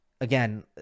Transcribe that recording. again